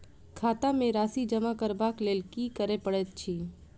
खाता मे राशि जमा करबाक लेल की करै पड़तै अछि?